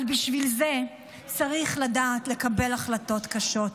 אבל בשביל זה צריך לדעת לקבל החלטות קשות.